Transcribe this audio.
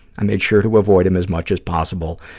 i made sure to avoid him as much as possible,